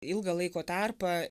ilgą laiko tarpą